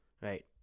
right